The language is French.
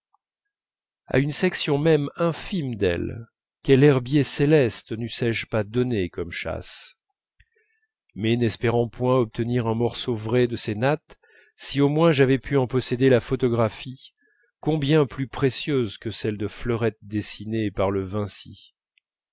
à une section même infime d'elles quel herbier céleste neussé je pas donné comme châsse mais n'espérant point obtenir un morceau vrai de ces nattes si au moins j'avais pu en posséder la photographie combien plus précieuse que celle de fleurettes dessinées par le vinci